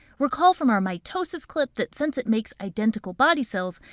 recall from our mitosis clip that since it makes identical body cells,